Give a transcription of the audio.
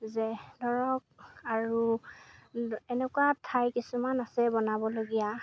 যে ধৰক আৰু এনেকুৱা ঠাই কিছুমান আছে বনাবলগীয়া